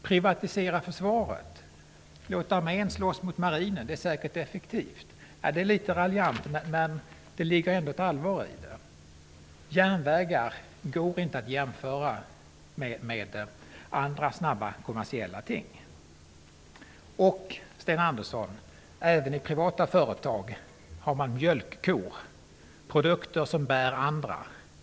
Privatisera försvaret -- låt armén slåss mot marinen, det är säkert effektivt! Ja, det är litet raljant, men det ligger ändå ett allvar i det. Järnvägar kan inte jämföras med andra snabba, kommersiella ting. Och, Sten Andersson i Malmö, även i privata företag har man mjölkkor, produkter som bär andra.